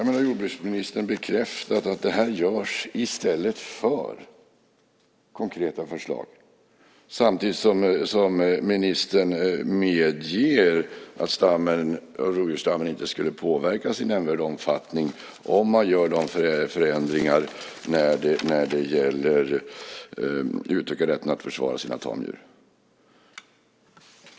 Nu har jordbruksministern bekräftat att detta görs i stället för konkreta förslag, samtidigt som ministern medger att stammen inte skulle påverkas i nämnvärd omfattning om man gör förändringar och utökar rätten att försvara sina tamdjur.